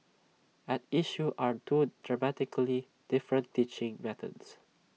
at issue are two dramatically different teaching methods